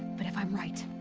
but if i'm right.